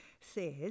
says